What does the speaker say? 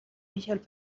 michael